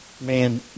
man